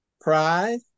pride